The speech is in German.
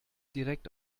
direkt